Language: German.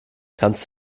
kannst